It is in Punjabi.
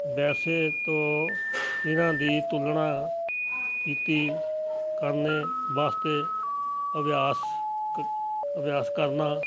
ਵੈਸੇ ਤੋ ਇਹਨਾਂ ਦੀ ਤੁਲਨਾ ਕੀਤੀ ਕਰਨੇ ਵਾਸਤੇ ਅਭਿਆਸ ਕ ਅਭਿਆਸ ਕਰਨਾ